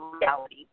reality